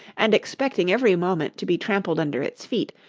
and expecting every moment to be trampled under its feet,